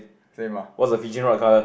same ah